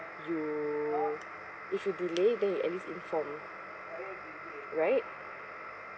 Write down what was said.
you if you delay then you at least inform right